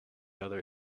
other